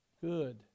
Good